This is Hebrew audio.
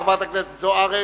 חברת הכנסת זוארץ,